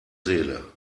seele